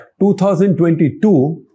2022